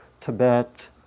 Tibet